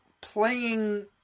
playing